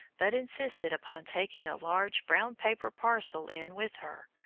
but insisted upon taking a large brown paper parcel in with her,